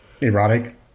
erotic